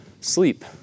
sleep